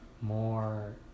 more